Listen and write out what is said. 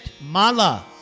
Mala